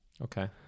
Okay